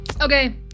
Okay